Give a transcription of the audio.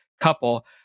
couple